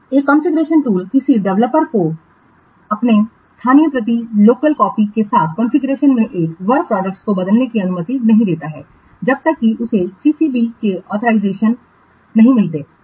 एक configuration tool किसी developer को अपने स्थानीय प्रति के साथ कॉन्फ़िगरेशन में एक वर्क प्रोडक्टस को बदलने की अनुमति नहीं देता है जब तक कि उसे सीसीबी सेऑथराइजेशनऑथराइजेशन नहीं मिलता है